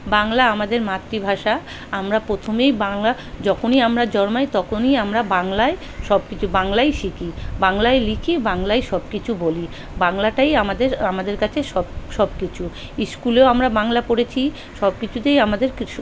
বাংলা আমাদের মাতৃভাষা আমরা প্রথমেই বাংলা যখনই আমরা জন্মাই তখনই আমরা বাংলায় সব কিছু বাংলাই শিখি বাংলায় লিখি বাংলায় সব কিছু বলি বাংলাটাই আমাদের আমাদের কাছে সব সব কিছু স্কুলেও আমরা বাংলা পড়েছি সব কিছুতেই আমাদেরকে